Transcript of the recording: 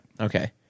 Okay